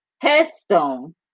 Headstone